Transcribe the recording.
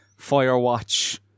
Firewatch